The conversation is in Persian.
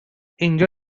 اینجا